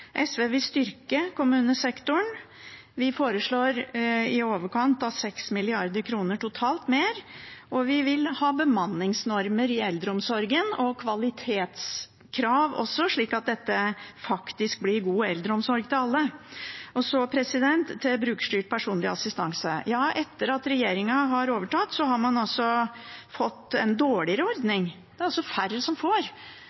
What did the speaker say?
SV vil styrke kommunesektoren. Vi foreslår i overkant av 6 mrd. kr mer, og vi vil også ha bemanningsnorm og kvalitetskrav, slik at det faktisk blir god eldreomsorg til alle. Så til brukerstyrt personlig assistanse. Etter at regjeringen overtok, har man fått en dårligere